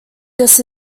this